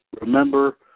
Remember